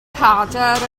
cadair